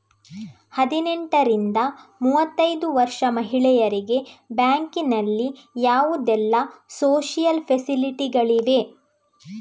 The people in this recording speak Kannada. ಹದಿನೆಂಟರಿಂದ ಮೂವತ್ತೈದು ವರ್ಷ ಮಹಿಳೆಯರಿಗೆ ಬ್ಯಾಂಕಿನಲ್ಲಿ ಯಾವುದೆಲ್ಲ ಸೋಶಿಯಲ್ ಫೆಸಿಲಿಟಿ ಗಳಿವೆ?